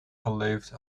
geleefd